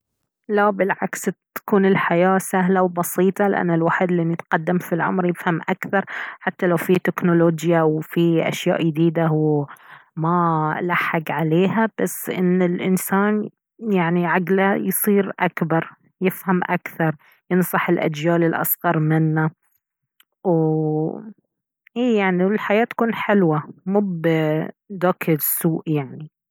لا بالعكس تكون الحياة سهلة وبسيطة لأنه الوحيد الي يتقدم في العمر يفهم أكثر حتى لو فيه تكنولوجيا وفيه أشياء يديدة وهو ما لحق عليها بس إن الإنسان يعني عقله يصير أكبر يفهم أكثر ينصح الأجيال الأصغر منه واي يعني الحياة تكون حلوة مو بداك السوء يعني